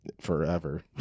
Forever